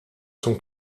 son